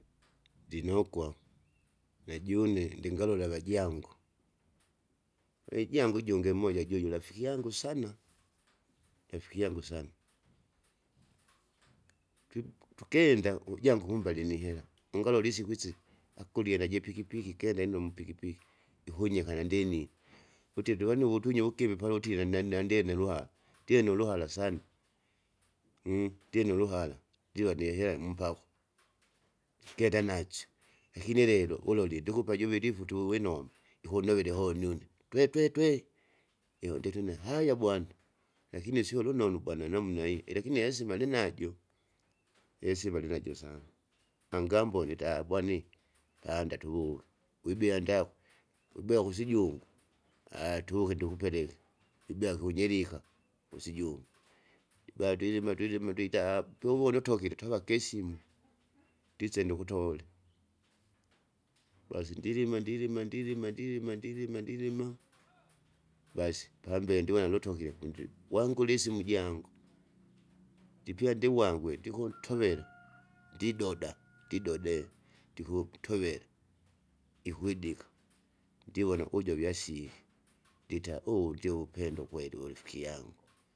ndinokwa najune ndingalole avajangu, eijangu ujungi moja juju rafiki yangu sana, rafiki yangu sana, twib tukinda ujangu kumbe alinihera ungalole isiku isi, akulie najipikipiki kende ino mupikipiki, ikunyikara ndinine, kutie twevanino wotunye uvukiwi palutile na- nandyene ruha ndyene uruhara sana ndye nuruhara, ndiva nihera mupaku, isikenda nasyo, lakini lelo ulolie ndikupa ajuvili ifutu winoma ikundovile ihoni une iunditi une hayta bwana. Lakini sio lunonu bwana namna hiyo elakini ihesima alinajo, ihesima alinajo sana angambonya ita bwani panda tuwuke wibea ndakwe, wibea kusijungu tuvuke tukupeleke ibea kunyerika kusijungu iba twilima twilima twitaha povoni utokire twavake isimu ndise nukutole. Basi ndilima ndilima ndilima ndilima ndilima ndilima basi pambe ndivona nutokire kundi wangure isimu, ndikendi wangu iti tikuntovera ndidoda ndidode ndikuntovere, ikwidika ndivona ukujo vyasili ndita uvu ndio wupendo kweli urifiki yangu.